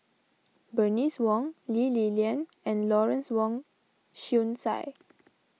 Bernice Wong Lee Li Lian and Lawrence Wong Shyun Tsai